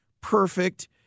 perfect